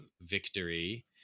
victory